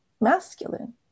masculine